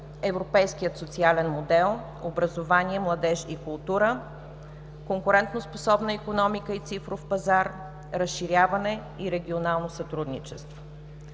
„Европейският социален модел. Образование, младеж и култура“, „Конкурентоспособна икономика и цифров пазар“ и „Разширяване и регионално сътрудничество“.